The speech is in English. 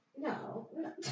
no